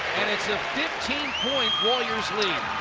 and it's a fifteen point warriors lead.